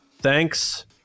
thanks